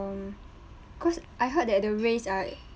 um cause I heard that the raise are